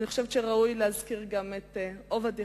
אני חושבת שראוי גם להזכיר את עובד יחזקאל,